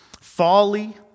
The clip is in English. folly